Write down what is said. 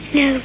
no